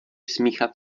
smíchat